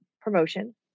promotion